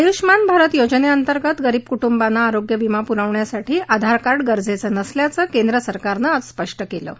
आयुष्मान भारत योजनेअंतर्गत गरीब कुटुंबांना आरोग्य विमा पुरवण्यासाठी आधार कार्ड गरजेचं नसल्याचं केंद्र सरकारनं आज स्पष्ट केलं आहे